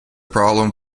problem